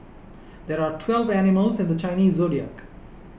there are twelve animals in the Chinese zodiac